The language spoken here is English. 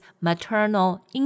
maternal